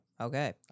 Okay